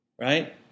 right